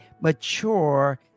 mature